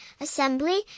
assembly